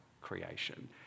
creation